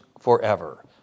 forever